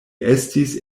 estis